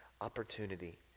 opportunity